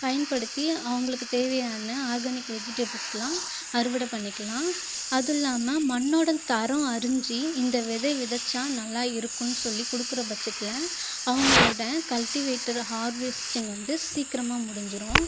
பயன்படுத்தி அவங்களுக்கு தேவையான ஆர்கானிக் வெஜிடபிள்ஸ்லாம் அறுவடை பண்ணிக்கலாம் அதுல்லாம் மண்ணோட தர அறிஞ்சு இந்த விதை விதைச்சால் நல்லா இருக்கும்னு சொல்லி கொடுக்குற பட்சத்தில் அவங்களோட கல்ட்டிவேட்டர் ஹார்வெஸ்ட்டிங் வந்து சீக்கிரமாக முடிஞ்சுரும்